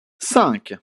cinq